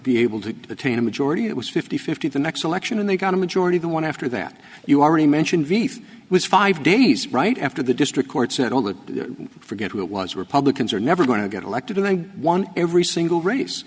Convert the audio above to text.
be able to attain a majority it was fifty fifty the next election and they got a majority they want to after that you already mentioned vif was five days right after the district court said only forget it was republicans are never going to get elected and i won every single race